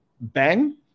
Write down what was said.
bang